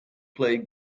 play